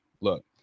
look